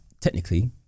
technically